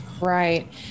Right